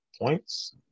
points